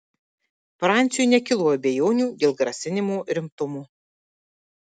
franciui nekilo abejonių dėl grasinimo rimtumo